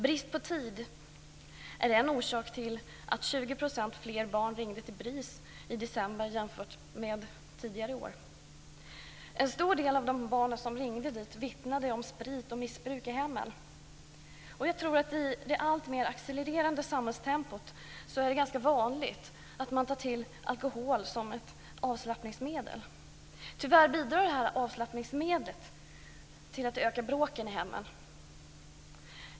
Brist på tid är en orsak till att 20 % fler barn ringde till BRIS i december jämfört med tidigare år. En stor del av de barn som ringde dit vittnade om sprit och missbruk i hemmen. Jag tror att i det alltmer accelererande samhällstempot är det ganska vanligt att man tar till alkohol som ett avslappningsmedel. Tyvärr bidrar det här avslappningsmedlet till att öka bråken i hemmen.